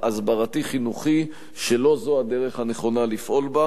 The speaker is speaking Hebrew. ההסברתי-חינוכי שלא זו הדרך הנכונה לפעול בה.